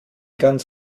ganz